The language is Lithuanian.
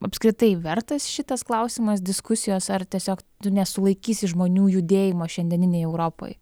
apskritai vertas šitas klausimas diskusijos ar tiesiog tu nesulaikysi žmonių judėjimo šiandieninėj europoj